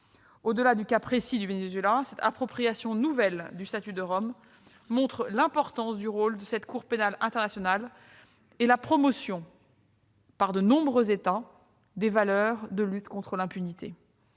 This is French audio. Au-delà du cas précis du Venezuela, cette appropriation nouvelle du statut de Rome montre l'importance du rôle de cette Cour pénale internationale et la promotion, par de nombreux États, de la lutte contre l'impunité.